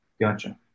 Gotcha